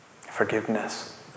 forgiveness